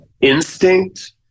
instinct